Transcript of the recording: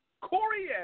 Corey